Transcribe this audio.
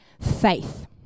faith